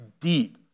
deep